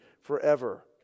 forever